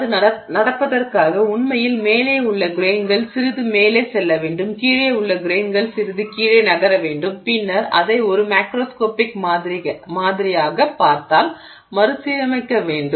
அது நடப்பதற்காக உண்மையில் மேலேயுள்ள கிரெய்ன்கள் சிறிது மேலே செல்ல வேண்டும் கீழே உள்ள கிரெய்ன்கள் சிறிது கீழே நகர வேண்டும் பின்னர் அதை ஒரு மேக்ரோஸ்கோபிக் மாதிரியாகப் பார்த்தால் மறுசீரமைக்க வேண்டும்